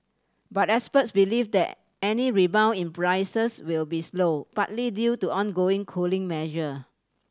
but experts believe that any rebound in prices will be slow partly due to ongoing cooling measure